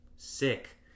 Sick